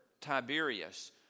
Tiberius